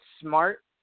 smart